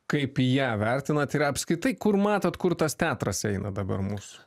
kaip ją vertinat ir apskritai kur matot kur tas teatras eina dabar mūsų